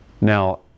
Now